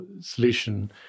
solution